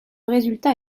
résultat